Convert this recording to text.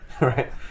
Right